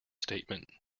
statement